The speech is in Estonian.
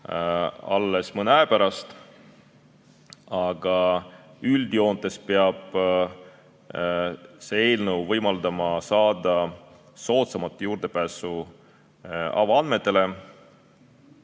alles mõne aja pärast. Aga üldjoontes peab see eelnõu võimaldama saada soodsama juurdepääsu avaandmetele.